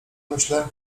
myślę